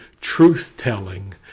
truth-telling